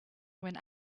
when